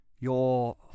Your